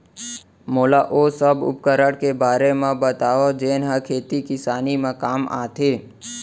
मोला ओ सब उपकरण के बारे म बतावव जेन ह खेती किसानी म काम आथे?